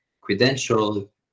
credential